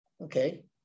Okay